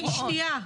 שנייה,